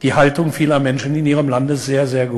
יכול לשלוח את ילדיו לבית-הספר בביטחון מלא.